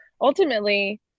ultimately